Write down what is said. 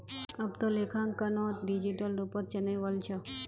अब त लेखांकनो डिजिटल रूपत चनइ वल छ